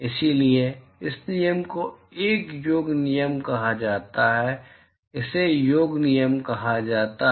इसलिए इस नियम को एक योग नियम कहा जाता है इसे योग नियम कहा जाता है